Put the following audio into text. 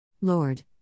Lord